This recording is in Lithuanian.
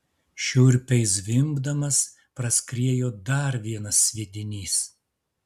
šiurpiai zvimbdamas praskriejo dar vienas sviedinys